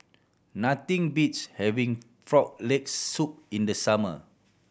nothing beats having Frog Leg Soup in the summer